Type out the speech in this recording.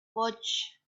watch